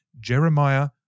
Jeremiah